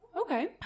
okay